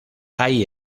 hay